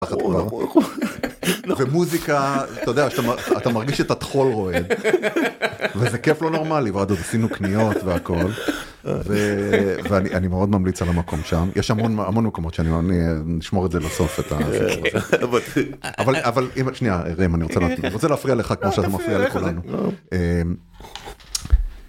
מוזיקה אתה יודע? אתה מרגיש את הטחול רועד וזה כיף לא נורמלי ועד עוד עשינו קניות והכל ואני אני מאוד ממליץ על המקום שם יש המון המון מקומות שאני.. נשמור את זה לסוף את זה אבל אבל אם את שנייה אני רוצה להפריע לך כמו שאתה מפריע לכולנו.